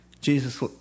Jesus